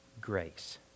grace